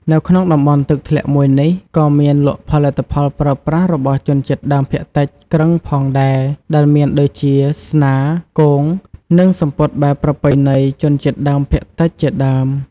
នៅក្នុងតំបន់ទឹកធ្លាក់មួយនេះ ក៏មានលក់ផលិតផលប្រើប្រាស់របស់ជនជាតិដើមភាគតិចគ្រឹងផងដែរ ដែលមានដូចជាស្នា គង និងសំពត់បែបប្រពៃណីជនជាតិដើមភាគតិចជាដើម។